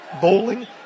bowling